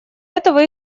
этого